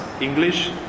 English